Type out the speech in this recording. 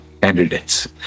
candidates